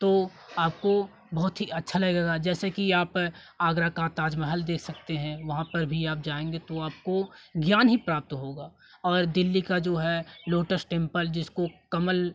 तो आपको बहुत ही अच्छा लगेगा जैसे की आप आगरा का ताजमहल देख सकते हैं वहाँ पर भी आप जाएँगे तो आपको ज्ञान ही प्राप्त होगा और दिल्ली का जो है लोटस टेंपल जिसको कमल